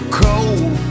cold